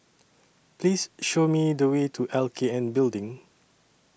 Please Show Me The Way to L K N Building